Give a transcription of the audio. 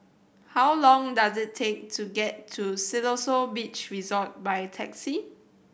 how long does it take to get to Siloso Beach Resort by taxi